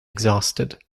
exhausted